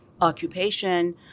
occupation